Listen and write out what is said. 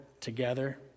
together